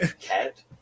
cat